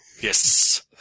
Yes